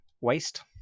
waste